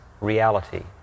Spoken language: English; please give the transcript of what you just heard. reality